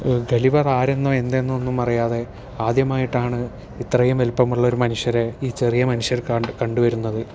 Gulliver ആരെന്നോ എന്തെന്നോ ഒന്നും അറിയാതെ ആദ്യമായിട്ടാണ് ഇത്രയും വലിപ്പമുള്ള ഒരു മനുഷ്യരെ ഈ ചെറിയ മനുഷ്യർ കണ്ടുവരുന്നത്